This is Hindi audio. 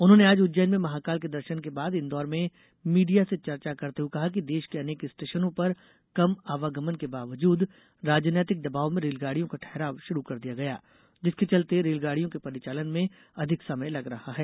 उन्होनें आज उज्जैन में महाकाल के दर्शन के बाद इंदौर में मीडिया से चर्चा करते हुए कहा कि देश के अनेक स्टेशनों पर कम आवागमन के बावजूद राजनैतिक दबाब में रेलगाडियों का ठहराव शुरू कर दिया गया जिसके चलते रेलगाडियों के परिचालन में अधिक समय लग रहा है